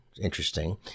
Interesting